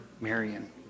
Marion